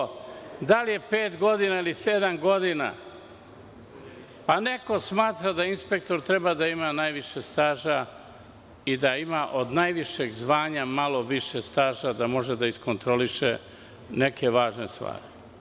Molim vas.) Nemojte sada, da li je pet godina ili je sedam godina, pa neko smatra da inspektor treba da ima najviše staža i da ima od najvišeg zvanja malo više staža, da može da iskontroliše neke važne stvari.